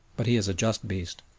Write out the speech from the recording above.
but he is a just beast.